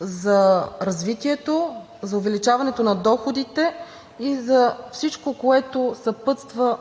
за развитието, за увеличаването на доходите и за всичко, което съпътства